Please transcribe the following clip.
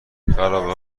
خرابه